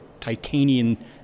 Titanian